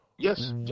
Yes